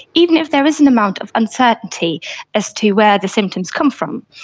even if there is an amount of uncertainty as to where the symptoms come from.